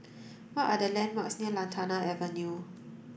what are the landmarks near Lantana Avenue